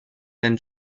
than